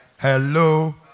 Hello